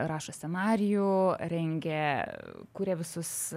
rašo scenarijų rengia kuria visus